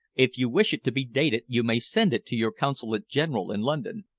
if you wish it to be dated, you may send it to your consulate-general in london.